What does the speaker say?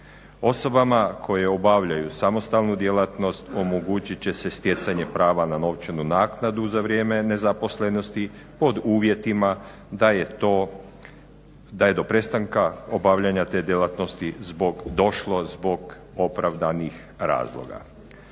Osobama koje obavljaju samostalnu djelatnost omogućit će se stjecanje prava na novčanu naknadu za vrijeme nezaposlenosti pod uvjetima da je to, da je do prestanka obavljanja te djelatnosti došlo zbog opravdanih razloga.